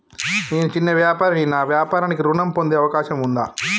నేను చిన్న వ్యాపారిని నా వ్యాపారానికి ఋణం పొందే అవకాశం ఉందా?